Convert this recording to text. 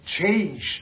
Change